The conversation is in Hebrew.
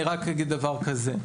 אני רק אגיד דבר כזה.